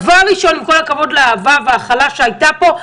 עם כל הכבוד לאהבה וההכלה שהייתה פה,